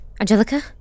Angelica